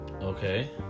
Okay